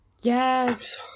Yes